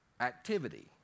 Activity